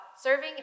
serving